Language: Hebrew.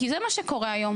כי זה מה שקורה היום.